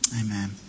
Amen